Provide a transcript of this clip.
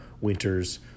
Winters